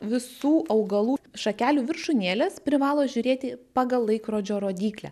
visų augalų šakelių viršūnėlės privalo žiūrėti pagal laikrodžio rodyklę